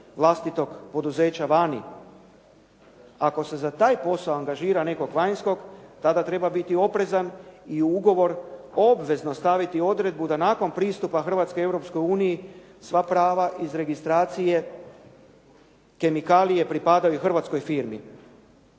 vlastitog poduzeća vani. Ako se za taj posao angažira nekog vanjskog, tada treba biti oprezan i u ugovor obvezno staviti odredbu da nakon pristupa Hrvatske Europskoj uniji sva prava iz registracije kemikalije pripadaju hrvatskoj firmi.